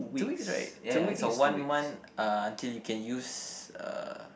two weeks right two weeks or one month uh until you can use uh